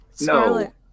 no